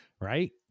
Right